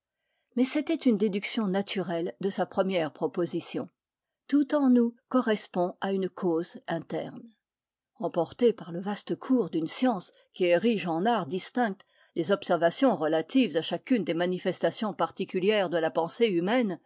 mais c'était une déduction naturelle de sa première proposition tout en nous correspond à une cause interne emporté par le vaste cours d'une science qui érige en art distinct les observations relatives à chacune des manifestations particulières de la pensée humaine